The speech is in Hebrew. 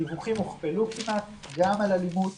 הדיווחים כמעט הוכפלו גם על אלימות